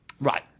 Right